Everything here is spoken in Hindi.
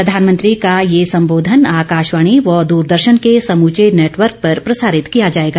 प्रधानमंत्री का ये संबोधन आकाशवाणी व दूरदर्शन के समूचे नेटवर्क पर प्रसारित किया जाएगा